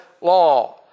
law